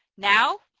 now,